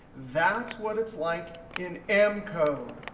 that's what it's like in m code.